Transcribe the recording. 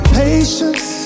patience